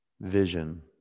Vision